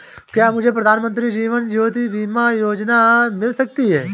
क्या मुझे प्रधानमंत्री जीवन ज्योति बीमा योजना मिल सकती है?